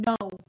no